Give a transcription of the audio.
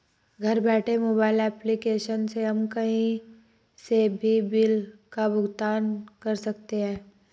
घर बैठे mobile application से हम कही से भी बिल का भुगतान कर सकते है